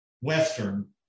western